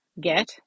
get